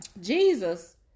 Jesus